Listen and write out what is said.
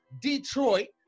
Detroit